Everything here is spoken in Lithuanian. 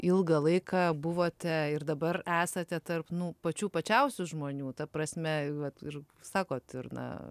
ilgą laiką buvote ir dabar esate tarp nu pačių pačiausių žmonių ta prasme vat ir sakot ir na